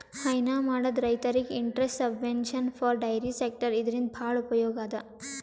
ಹೈನಾ ಮಾಡದ್ ರೈತರಿಗ್ interest subvention for dairy sector ಇದರಿಂದ್ ಭಾಳ್ ಉಪಯೋಗ್ ಅದಾ